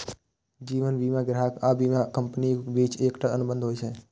जीवन बीमा ग्राहक आ बीमा कंपनीक बीच एकटा अनुबंध होइ छै